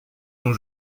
dont